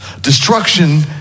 destruction